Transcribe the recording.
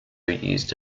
used